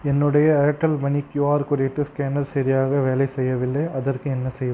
என்னுடைய Airtel money QR குறியீட்டு scanner சரியாக வேலை செய்யவில்லை அதற்கு என்ன செய்வது